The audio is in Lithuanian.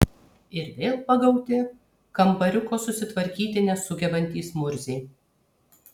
ir vėl pagauti kambariuko susitvarkyti nesugebantys murziai